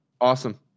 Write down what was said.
Awesome